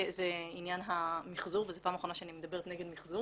זה עניין המיחזור וזה פעם אחרונה שאני מדברת נגד מיחזור